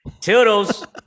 Toodles